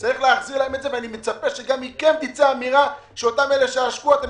צריך להחזיר להם ואני מצפה שגם מכם תצא האמירה שאותם אלה שעשקו אותם,